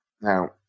Now